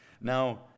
Now